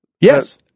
Yes